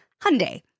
Hyundai